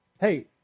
Hey